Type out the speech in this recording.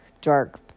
dark